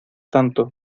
tanto